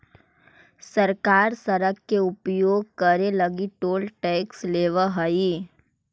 सरकार सड़क के उपयोग करे लगी टोल टैक्स लेवऽ हई